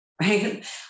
right